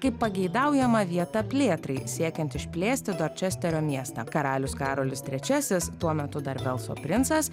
kaip pageidaujama vieta plėtrai siekiant išplėsti dorčesterio miestą karalius karolis trečiasis tuo metu dar velso princas